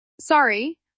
Sorry